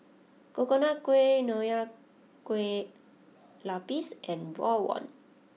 Coconut Kuih Nonya Kueh Lapis and Rawon